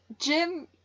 Jim